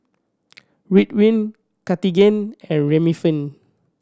Ridwind Cartigain and Remifemin